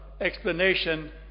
explanation